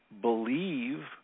believe